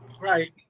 Right